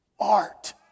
Art